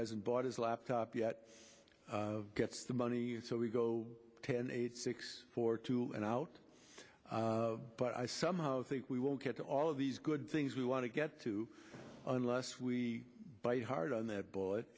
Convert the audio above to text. hasn't bought his laptop yet gets the money and so we go ten eight six four two and out but i somehow think we won't get all of these good things we want to get to unless we buy hard on the board